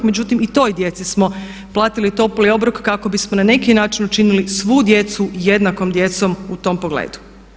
Međutim, i toj djeci smo platili topli obrok kako bismo na neki način učinili svu djecu jednakom djecom u tom pogledu.